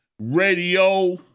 radio